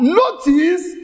notice